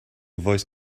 voice